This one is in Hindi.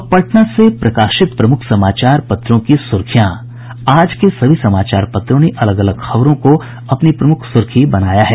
अब पटना से प्रकाशित प्रमुख समाचार पत्रों की सुर्खियां आज के सभी समाचार पत्रों ने अलग अलग खबरों को अपनी प्रमुख सुर्खी बनाया है